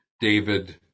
David